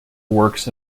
works